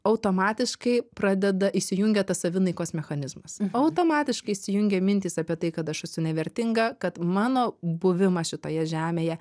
automatiškai pradeda įsijungia tas savinaikos mechanizmas automatiškai įsijungia mintys apie tai kad aš esu nevertinga kad mano buvimas šitoje žemėje